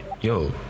yo